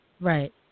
Right